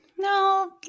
No